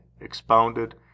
expounded